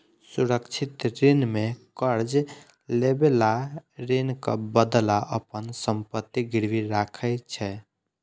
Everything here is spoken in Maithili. सुरक्षित ऋण मे कर्ज लएबला ऋणक बदला अपन संपत्ति गिरवी राखै छै